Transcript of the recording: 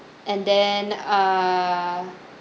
and then uh